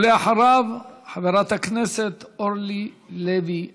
ואחריו, חברת הכנסת אורלי לוי אבקסיס.